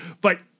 but-